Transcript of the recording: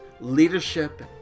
leadership